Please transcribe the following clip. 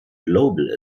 global